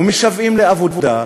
ומשוועים לעבודה,